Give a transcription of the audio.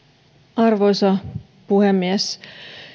arvoisa puhemies